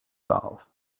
valve